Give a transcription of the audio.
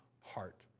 heart